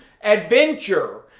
adventure